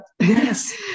Yes